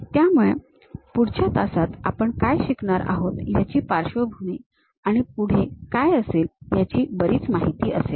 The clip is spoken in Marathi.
त्यामुळे पुढच्या तासात आपण काय शिकणार आहोत याची पार्श्वभूमी आणि पुढे काय असेल याची बरीच माहिती असेल